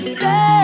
say